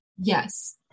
Yes